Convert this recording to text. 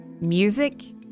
music